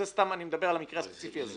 זה סתם אני מדבר על המקרה הספציפי הזה.